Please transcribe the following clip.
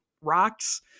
rocks